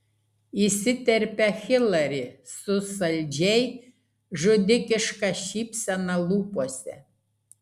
įsiterpia hilari su saldžiai žudikiška šypsena lūpose